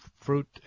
fruit